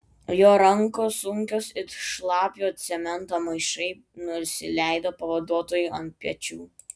jo rankos sunkios it šlapio cemento maišai nusileido pavaduotojui ant pečių